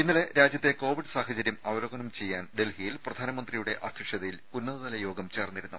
ഇന്നലെ രാജ്യത്തെ കോവിഡ് സാഹചര്യം അവലോകനം ചെയ്യാൻ ഡൽഹിയിൽ പ്രധാനമന്ത്രിയുടെ അധ്യക്ഷതയിൽ ഉന്നതൃതല യോഗം ചേർന്നിരുന്നു